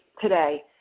today